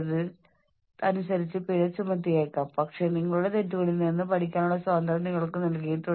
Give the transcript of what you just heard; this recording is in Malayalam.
അതിനാൽ ഈ വിവരണത്തിന് അനുസൃതമല്ലാത്ത എന്തെങ്കിലും ചെയ്യാൻ നിങ്ങളോട് ആവശ്യപ്പെടുമ്പോൾ റോൾ വൈരുദ്ധ്യം സംഭവിക്കുന്നു